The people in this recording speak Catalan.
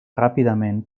ràpidament